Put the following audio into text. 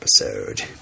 episode